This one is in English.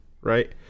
right